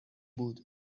بود